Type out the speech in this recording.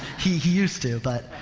he, he used to. but,